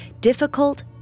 difficult